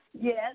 Yes